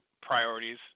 priorities